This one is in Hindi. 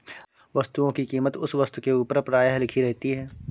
वस्तुओं की कीमत उस वस्तु के ऊपर प्रायः लिखी रहती है